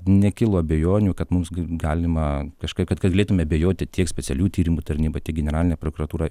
nekilo abejonių kad mums galima kažkaip kad galėtume abejoti tiek specialiųjų tyrimų tarnyba tiek generalinė prokuratūra